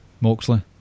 Moxley